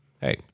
hey